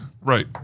Right